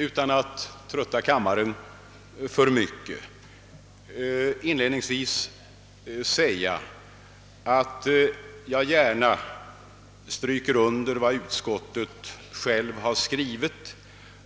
Utan att trötta kammarens ledamöter för mycket vill jag inledningsvis framhålla, att jag gärna understryker utskottets egen skrivning,